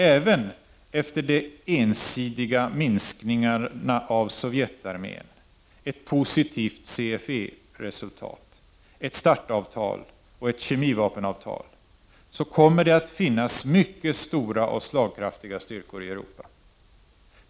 Även efter de ensidiga minskningarna av sovjetarmén, ett positivt CFE-resultat, ett START-avtal och ett kemivapenavtal kommer det att finnas mycket stora och slagkraftiga styrkor i Europa.